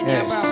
Yes